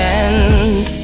end